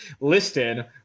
listed